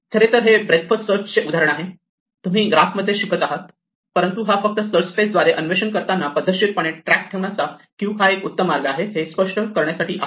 खरेतर हे breadth first search चे उदाहरण आहे हे तुम्ही ग्राफ मध्ये मध्ये शिकणार आहात परंतु फक्त सर्च स्पेस द्वारे अन्वेषण करताना पद्धतशीरपणे ट्रॅक ठेवण्याचा क्यू हा एक उत्तम मार्ग आहे हे स्पष्ट करण्यासाठी आहे